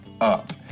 up